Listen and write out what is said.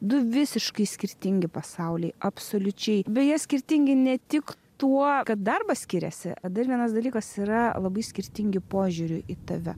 du visiškai skirtingi pasauliai absoliučiai beje skirtingi ne tik tuo kad darbas skiriasi dar vienas dalykas yra labai skirtingi požiūriu į tave